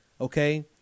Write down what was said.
okay